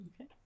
Okay